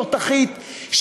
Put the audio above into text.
תותחית,